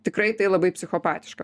tikrai labai psichopatiška